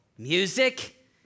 Music